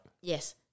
Yes